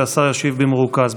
והשר ישיב במרוכז.